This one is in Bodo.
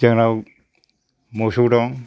जोंनाव मोसौ दं